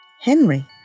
Henry